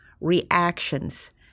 reactions